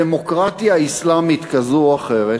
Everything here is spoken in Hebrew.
דמוקרטיה אסלאמית כזאת או אחרת,